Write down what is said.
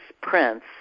prince